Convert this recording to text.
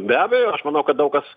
be abejo aš manau kad daug kas